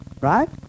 Right